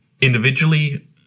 individually